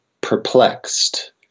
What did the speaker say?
perplexed